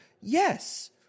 yes